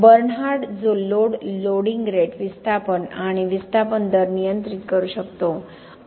Bernhard जो load loading rate विस्थापन आणि विस्थापन दर नियंत्रित करू शकतो